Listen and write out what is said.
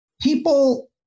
people